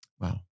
Wow